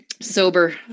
sober